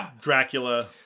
Dracula